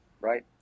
right